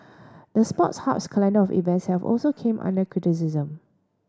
the Sports Hub's calendar of events have also came under criticism